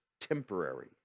temporary